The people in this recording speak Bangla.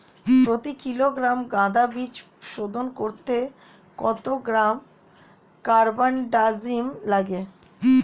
প্রতি কিলোগ্রাম গাঁদা বীজ শোধন করতে কত গ্রাম কারবানডাজিম লাগে?